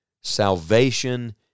Salvation